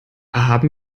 haben